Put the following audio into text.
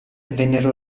vennero